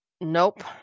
Nope